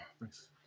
Nice